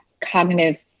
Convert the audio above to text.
cognitive